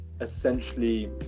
essentially